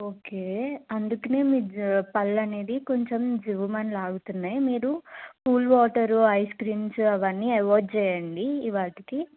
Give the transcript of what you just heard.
okay అందుకని మీ పళ్లు అనేది కొంచెం జివ్వుమని లాగుతున్నాయి మీరు కూల్ వాటరు ఐస్ క్రీమ్స్ అవన్నీ అవాయిడ్ చేయండి వాటికి